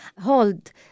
hold